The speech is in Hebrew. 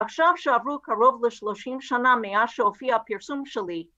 עכשיו שעברו קרוב ל-30 שנה מאז שהופיע הפרסום שלי